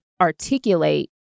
articulate